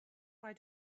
why